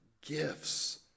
gifts